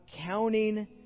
counting